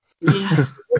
Yes